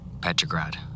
Petrograd